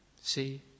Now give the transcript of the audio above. see